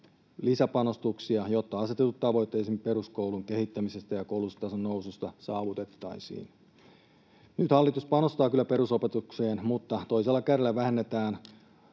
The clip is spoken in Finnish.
lisäpanostuksia, jotta asetetut tavoitteet peruskoulun kehittämisestä ja koulutustason noususta saavutettaisiin. Nyt hallitus panostaa kyllä perusopetukseen, mutta toisella kädellä vähennetään